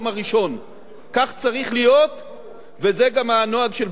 כך צריך להיות וזה גם הנוהג של ועדת הכספים בראשותך,